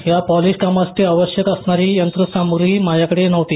या पॉलिश कामासाठी आवश्यक असणारी सामुग्री माझ्याकडे नव्हती